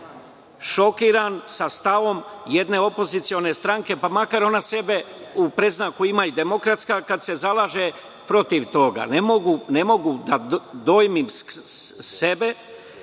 šokiran sa stavom jedne opozicione stranke, pa makar ona sebi u predznaku imala – demokratska, kada se zalaže protiv toga. Ne mogu da dojmim sebe